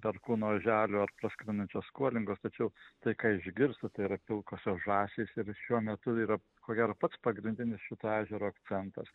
perkūno oželio praskrendančios kuolingos tačiau tai ką išgirsta tai yra pilkosios žąsys ir šiuo metu yra ko gero pats pagrindinis šito ežero akcentas